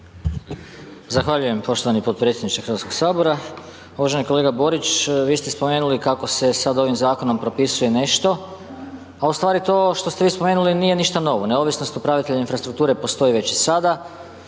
Zahvaljujem poštovani potpredsjedniče Hrvatskoga sabora. Uvaženi kolega Borić vi ste spomenuli kako se sad ovim zakonom propisuje nešto a ustvari to što ste vi spomenuli nije ništa novo, neovisnost upravitelja infrastrukture postoji već i sada,